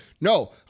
No